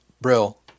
Brill